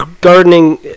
gardening